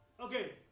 Okay